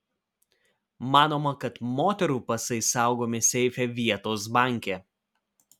manoma kad moterų pasai saugomi seife vietos banke